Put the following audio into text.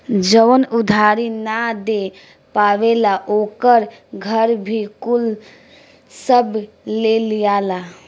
जवन उधारी ना दे पावेलन ओकर घर भी कुल सब ले लियाला